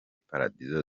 paradizo